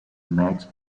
match